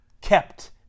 kept